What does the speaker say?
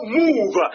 move